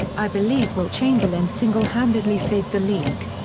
i believe wilt chamberlain single-handedly saved the league.